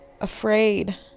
afraid